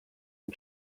and